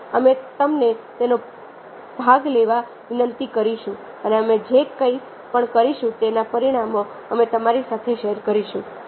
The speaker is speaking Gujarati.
અને અમે તમને તેનો ભાગ લેવા વિનંતી કરીશું અને અમે જે કંઈ પણ કરીશું તેના પરિણામો અમે તમારી સાથે શેર કરીશું